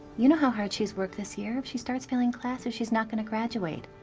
you know how hard she's worked this year. if she starts failing classes, she's not gonna graduate.